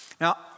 now